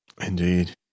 Indeed